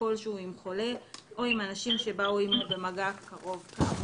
כלשהו עם חולה או עם אנשים שבאו עמו במגע קרוב כאמור.